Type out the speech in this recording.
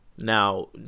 Now